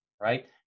right